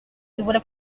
voilà